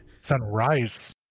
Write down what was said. Sunrise